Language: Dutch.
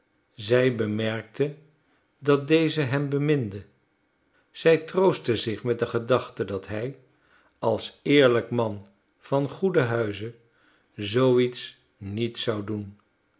zij bemerkte dat deze hem beminde zij troostte zich met de gedachte dat hij als eerlijk man van goeden huize zoo iets niet zou doen